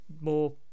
more